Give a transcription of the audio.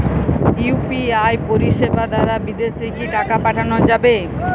UPI পরিষেবা দারা বিদেশে কি টাকা পাঠানো যাবে?